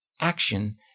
action